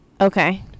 Okay